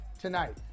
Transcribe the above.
tonight